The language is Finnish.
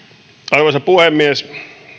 arvoisa puhemies